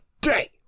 day